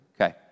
okay